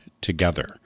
Together